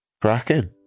Cracking